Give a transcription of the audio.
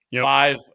five